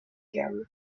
gamme